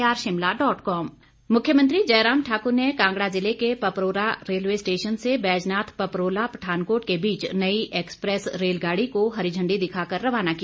मुख्यमंत्री मुख्यमंत्री जयराम ठाकुर ने कांगड़ा जिले के पपरोला रेलवे स्टेशन से बैजनाथ पपरोला पठानकोट के बीच नई एक्सप्रेस रेलगाड़ी को हरी झंडी दिखाकर रवाना किया